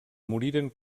moriren